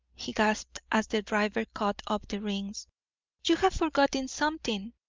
he gasped, as the driver caught up the reins you have forgotten something.